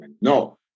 No